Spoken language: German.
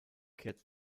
kehrt